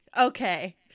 okay